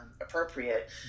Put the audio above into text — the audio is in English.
appropriate